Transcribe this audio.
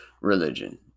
religion